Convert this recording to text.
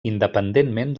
independentment